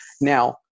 Now